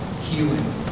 healing